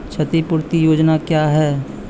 क्षतिपूरती योजना क्या हैं?